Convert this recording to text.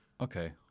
okay